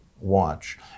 watch